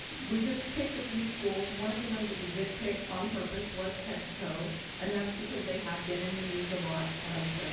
we just picked a few schools. one of the ones that we did pick on purpose was texico and that is because they have been in the news a lot as,